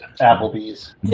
Applebee's